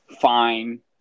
fine